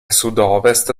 sudovest